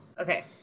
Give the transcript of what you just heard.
Okay